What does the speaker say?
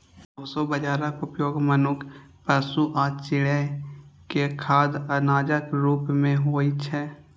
proso बाजाराक उपयोग मनुक्ख, पशु आ चिड़ै के खाद्य अनाजक रूप मे होइ छै